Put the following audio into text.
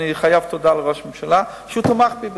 אני חייב תודה לראש הממשלה על שהוא תמך בי בזה.